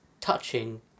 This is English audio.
touching